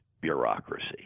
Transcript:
bureaucracy